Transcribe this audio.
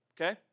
okay